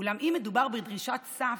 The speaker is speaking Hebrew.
אולם אם מדובר בדרישת סף,